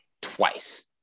Twice